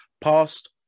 past